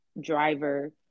driver